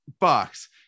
box